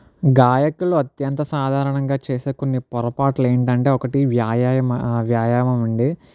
గాయకులు అత్యంత సాధారణంగా చేసే కొన్ని పొరపాట్లు ఏంటంటే ఒకటి వ్యాయామం వ్యాయామం అండి